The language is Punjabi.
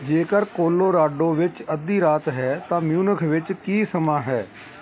ਜੇਕਰ ਕੋਲੋਰਾਡੋ ਵਿੱਚ ਅੱਧੀ ਰਾਤ ਹੈ ਤਾਂ ਮਿਊਨਖ ਵਿੱਚ ਕੀ ਸਮਾਂ ਹੈ